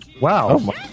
Wow